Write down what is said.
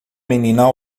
menina